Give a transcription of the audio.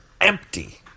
empty